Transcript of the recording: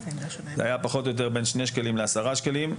זה היה פחות או יותר בין 2 שקלים ל-10 שקלים.